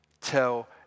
tell